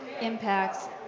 impacts